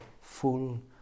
full